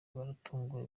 baratunguwe